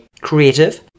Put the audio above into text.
creative